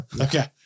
Okay